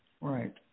Right